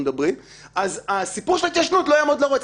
זה לא יכול להיות.